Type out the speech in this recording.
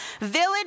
village